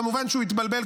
כמובן שהוא התבלבל,